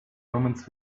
omens